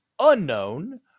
unknown